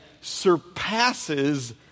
surpasses